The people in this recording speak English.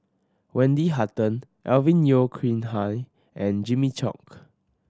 Wendy Hutton Alvin Yeo Khirn Hai and Jimmy Chok